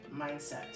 mindset